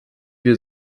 wir